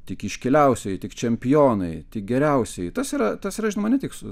tik iškiliausieji tik čempionai tik geriausieji tas yra tas yra žinoma ne tik su